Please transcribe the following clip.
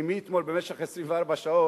כי מאתמול, במשך 24 שעות,